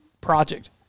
project